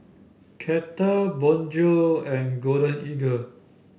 Kettle Bonjour and Golden Eagle